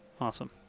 Awesome